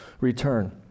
return